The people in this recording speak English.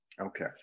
Okay